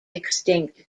extinct